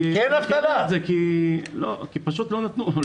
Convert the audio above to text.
כי פשוט לא נתנו.